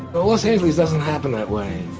but los angeles doesn't happen that way,